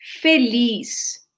feliz